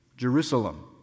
Jerusalem